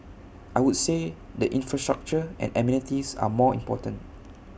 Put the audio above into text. I would say the infrastructure and amenities are more important